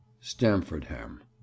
Stamfordham